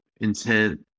intent